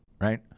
right